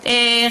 בשדרות גם,